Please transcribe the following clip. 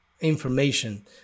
information